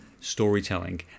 storytelling